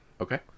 Okay